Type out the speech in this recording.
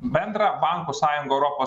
bendrą bankų sąjungą europos